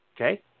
Okay